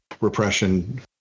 repression